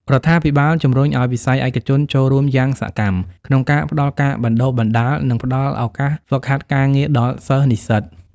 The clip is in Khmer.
រដ្ឋាភិបាលជំរុញឱ្យវិស័យឯកជនចូលរួមយ៉ាងសកម្មក្នុងការផ្តល់ការបណ្តុះបណ្តាល និងផ្តល់ឱកាសហ្វឹកហាត់ការងារដល់សិស្សនិស្សិត។